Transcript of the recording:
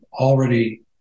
already